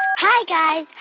hi guys.